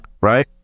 right